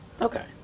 Okay